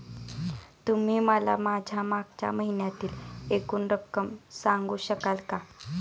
तुम्ही मला माझ्या मागच्या महिन्यातील एकूण रक्कम सांगू शकाल का?